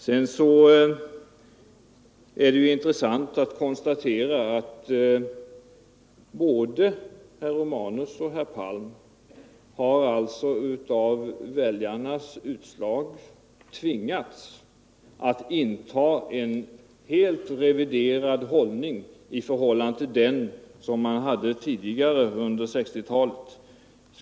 Det är intressant att konstatera att både herr Romanus och herr Palm på grund av valutslaget har tvingats att helt ändra den ståndpunkt man intog under 1960-talet.